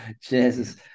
Jesus